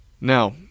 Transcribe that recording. Now